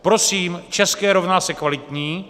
Prosím, české rovná se kvalitní.